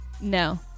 No